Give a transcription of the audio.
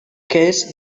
case